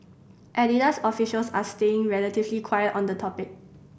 Adidas officials are staying relatively quiet on the topic